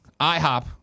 IHOP